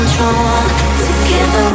Together